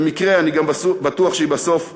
אני בטוח שבסוף היא,